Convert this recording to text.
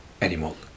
animal